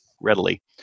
readily